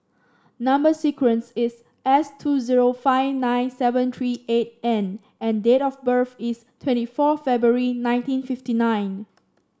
number sequence is S two zero five nine seven three eight N and date of birth is twenty four February nineteen fifty nine